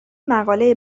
مقاله